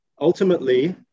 Ultimately